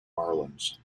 orleans